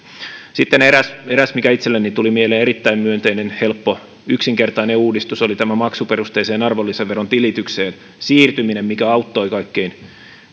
sitten eräs eräs mikä itselleni tuli mieleen erittäin myönteinen helppo yksinkertainen uudistus oli maksuperusteiseen arvonlisäveron tilitykseen siirtyminen mikä auttoi kaikkein